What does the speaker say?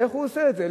איך הוא עושה את זה?